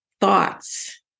thoughts